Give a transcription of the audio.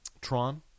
Tron